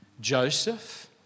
Joseph